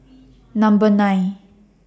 Number nine